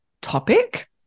topic